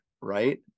Right